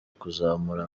kuzamura